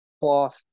cloth